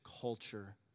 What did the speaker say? culture